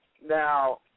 Now